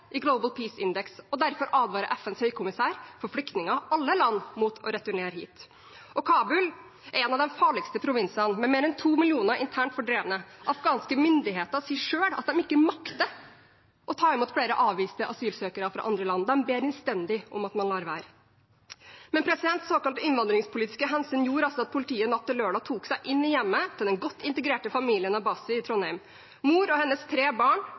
Global Peace Index, og derfor advarer FNs høykommissær for flyktninger alle land mot å returnere dit. Kabul er en av de farligste provinsene, med mer enn to millioner internt fordrevne. Afghanske myndigheter sier selv at de ikke makter å ta imot flere avviste asylsøkere fra andre land. De ber innstendig om at man lar være. Men såkalt innvandringspolitiske hensyn gjorde altså at politiet natt til lørdag tok seg inn i hjemmet til den godt integrerte familien Abbasi i Trondheim. Mor og hennes tre barn